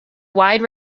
wide